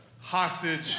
hostage